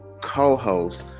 co-host